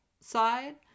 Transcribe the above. side